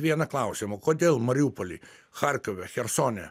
vieną klausimą kodėl mariupoly charkove chersone